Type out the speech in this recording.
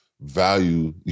value